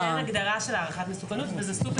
אין הגדרה של הערכת מסוכנות וזה סופר